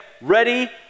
Ready